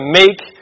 make